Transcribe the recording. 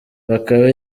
bakame